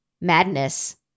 madness